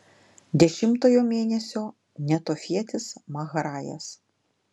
dešimtojo mėnesio netofietis mahrajas